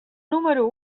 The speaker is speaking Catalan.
número